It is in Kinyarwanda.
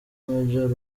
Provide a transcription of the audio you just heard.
major